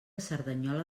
cerdanyola